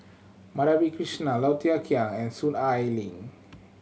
Madhavi Krishnan Low Thia Khiang and Soon Ai Ling